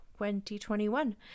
2021